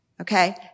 okay